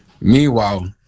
Meanwhile